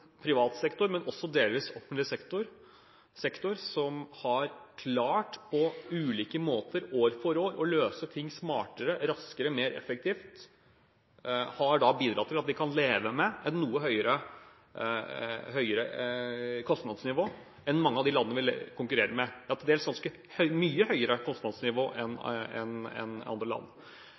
privat sektor, og også delvis en offentlig sektor, som år for år på ulike måter har klart å løse ting smartere, raskere og mer effektivt, har bidratt til at vi kan leve med et noe høyere kostnadsnivå enn mange av de landene vi konkurrerer med. Vi har til dels ganske mye høyere kostnadsnivå enn andre land.